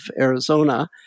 Arizona